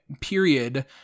period